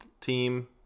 team